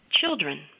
children